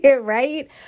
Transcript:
right